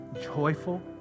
joyful